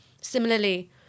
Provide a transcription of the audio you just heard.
Similarly